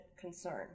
concern